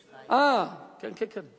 אה, כן, כן.